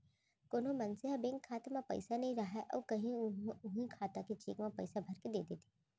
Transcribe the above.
कोनो मनसे ह बेंक खाता म पइसा नइ राहय अउ उहीं खाता के चेक म पइसा भरके दे देथे